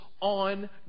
on